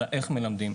אלא איך מלמדים.